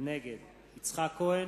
נגד יצחק כהן,